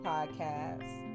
Podcasts